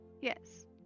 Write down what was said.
Yes